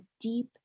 deep